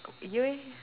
you